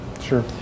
Sure